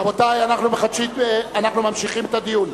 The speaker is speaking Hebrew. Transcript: רבותי, אנחנו ממשיכים את הדיון.